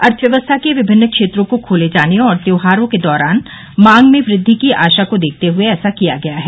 अर्थव्यवस्था के विभन्नि क्षेत्रों को खोले जाने और त्योहारों के दौरान मांग में वृद्वि की आशा को देखते हुए ऐसा किया गया है